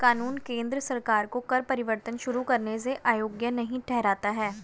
कानून केंद्र सरकार को कर परिवर्तन शुरू करने से अयोग्य नहीं ठहराता है